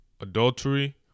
adultery